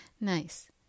Nice